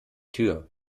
tür